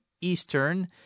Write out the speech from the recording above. Eastern